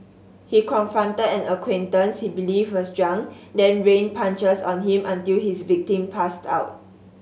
he confronted an acquaintance he believed was drunk then rained punches on him until his victim passed out